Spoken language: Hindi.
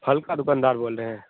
फल के दुकानदार बोल रहे हैं